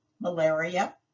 Malaria